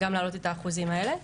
גם להעלות את האחוזים האלה.